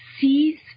sees